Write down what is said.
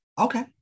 Okay